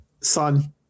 son